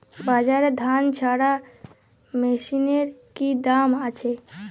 বাজারে ধান ঝারা মেশিনের কি দাম আছে?